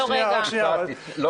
לא, לא.